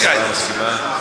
השרה מסכימה?